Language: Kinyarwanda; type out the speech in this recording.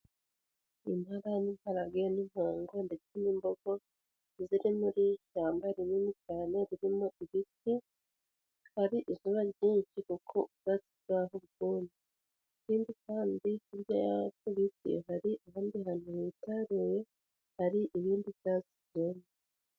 Impara n'imparage n'impongo ndetse n'imbogo, ziri muri iri shyamba rinini cyane ririmo ibiti, hari izuraba ryinshi cyane kuko ubwatsi bwaho bwumye. Ikindi kandi, hirya hari ahandi hantu hitaruye hari ibyatsi byumye.